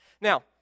Now